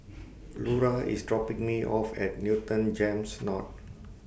Lura IS dropping Me off At Newton Gems North